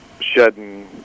shedding